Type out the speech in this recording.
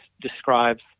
describes